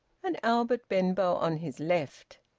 and albert benbow on his left.